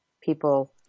people